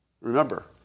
Remember